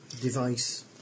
device